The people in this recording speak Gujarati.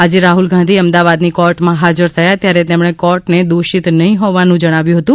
આજે રાહુલ ગાંધી અમદાવાદની કોર્ટમાં હાજર થયા ત્યારે તેમણે કોર્ટને દોષિત નહીં હોવાનું જણાવ્યું હતું